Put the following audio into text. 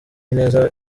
ineza